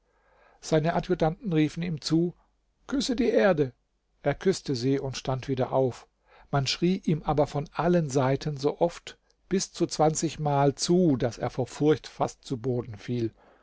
seine adjutanten riefen ihm zu küsse die erde er küßte sie und stand wieder auf man schrie ihm aber von allen seiten so oft bis zu zwanzigmal zu daß er vor furcht fast zu boden fiel